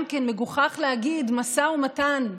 גם כן, מגוחך להגיד "משא ומתן".